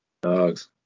dogs